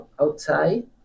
outside